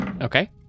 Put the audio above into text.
Okay